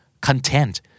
Content